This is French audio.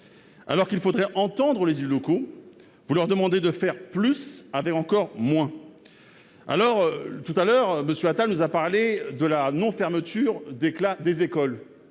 alors qu'il faudrait entendre les locaux, vous leur demandez de faire plus, avait encore moins, alors tout à l'heure monsieur Attal nous a parlé de la non-fermeture des classes